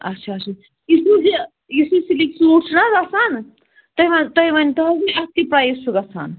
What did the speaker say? اچھا اچھا یُس حظ یہِ یُس یہِ سِلِک سوٗٹ چھُنہٕ حظ آسان تُہۍ تُہۍ ؤنۍتَو حظ مےٚ اَتھ کیٛاہ پرٛایِز چھُ گَژھان